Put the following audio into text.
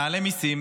נעלה מיסים.